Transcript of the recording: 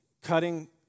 Cutting